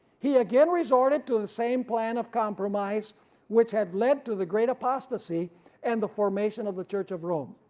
he again resorted to the same plan of compromise which had led to the great apostasy and the formation of the church of rome.